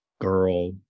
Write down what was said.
girl